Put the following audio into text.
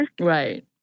right